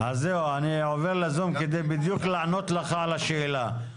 אני עובר לזום כדי בדיוק לענות לך על השאלה.